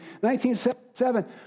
1977